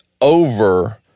over